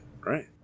right